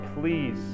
please